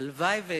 הלוואי שאתבדה.